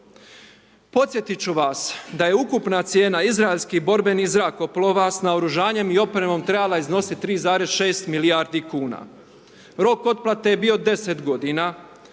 podsjetiti ću vas da je ukupna cijena izraelskih borbenih zrakoplova sa naoružanjem i opremom trebala iznositi 3,6 milijardi kuna, rok otplate je bio 10 godina,